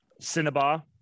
cinnabar